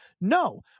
No